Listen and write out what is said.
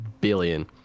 billion